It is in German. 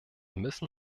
müssen